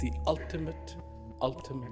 that ultimate ultimate